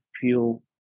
feel